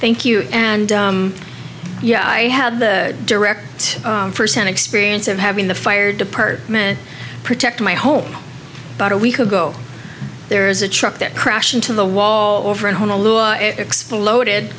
thank you and yeah i have the direct firsthand experience of having the fire department protect my home about a week ago there is a truck that crashed into the wall over in honolulu exploded